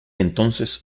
entonces